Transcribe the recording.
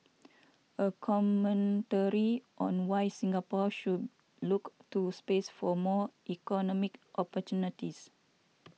a commentary on why Singapore should look to space for more economic opportunities